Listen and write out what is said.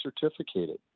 certificated